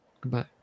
Goodbye